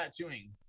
tattooing